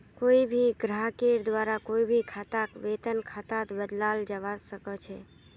कोई भी ग्राहकेर द्वारा कोई भी खाताक वेतन खातात बदलाल जवा सक छे